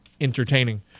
entertaining